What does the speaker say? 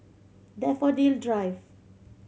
Daffodil Drive